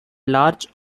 large